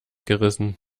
gerissen